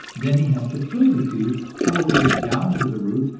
then he has to fill the tooth all the way down to the roots,